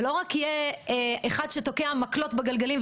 ולא יהיה רק אחד שתוקע מקלות בגלגלים,